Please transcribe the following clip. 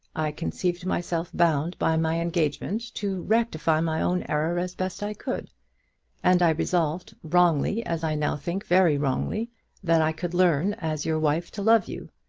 i conceived myself bound by my engagement to rectify my own error as best i could and i resolved, wrongly as i now think, very wrongly that i could learn as your wife to love you.